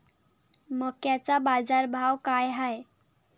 मक्याचा बाजारभाव काय हाय?